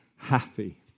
Happy